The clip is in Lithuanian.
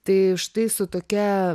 tai štai su tokia